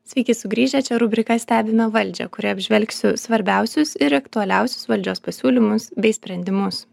sveiki sugrįžę čia rubrika stebime valdžią kurioj apžvelgsiu svarbiausius ir aktualiausius valdžios pasiūlymus bei sprendimus